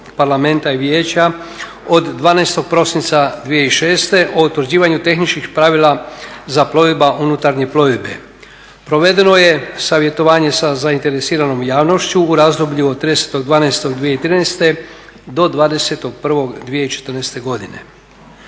Parlamenta i Vijeća od 12. prosinca 2006. o utvrđivanju tehničkih pravila za plovidbu unutarnju plovidbe. Provedeno je savjetovanje sa zainteresiranom javnošću u razdoblju od 30.12.2013. do 20.01.2014. godine.